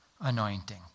anointing